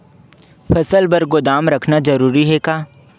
फसल बर गोदाम रखना जरूरी हे का?